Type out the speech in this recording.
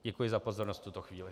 Děkuji za pozornost v tuto chvíli.